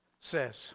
says